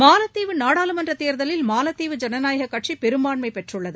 மாலத்தீவு நாடாளுமன்ற தேர்தலில் மாலத்தீவு ஜனநாயக கட்சி பெரும்பான்மை பெற்றுள்ளது